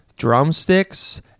Drumsticks